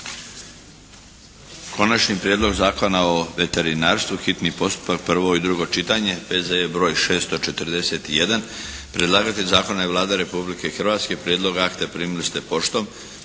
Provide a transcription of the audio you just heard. Konačni prijedlog Zakona o veterinarstvu, hitni postupak, prvo i drugo čitanje, P.Z.E. br. 641 Predlagatelj zakona je Vlada Republike Hrvatske. Prijedlog akta primili ste poštom.